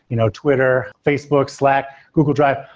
you know twitter, facebook, slack, google drive,